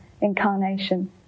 incarnation